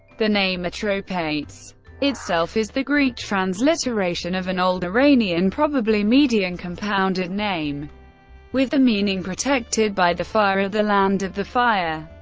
the name atropates itself is the greek transliteration of an old iranian, probably median, compounded name with the meaning protected by the fire the land of the fire.